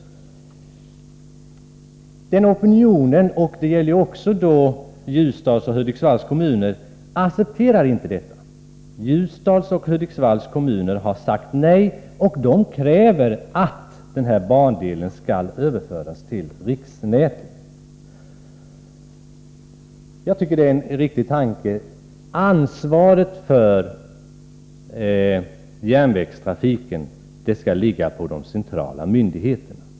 Denna starka opinion — det gäller också Ljusdals och Hudiksvalls kommuner — accepterar inte detta. Ljusdals och Hudiksvalls kommuner har sagt nej, och kräver att bandelen skall överföras till riksnätet. Jag tycker det är en riktig tanke. Ansvaret för järnvägstrafiken skall ligga på de centrala myndigheterna.